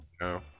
No